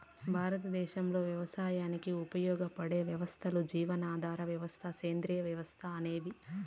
భారతదేశంలో వ్యవసాయానికి ఉపయోగపడే వ్యవస్థలు జీవనాధార వ్యవసాయం, సేంద్రీయ వ్యవసాయం అనేవి